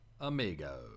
amigo